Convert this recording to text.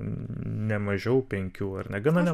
ne mažiau penkių ar ne gana